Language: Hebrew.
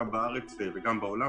גם בארץ וגם בעולם.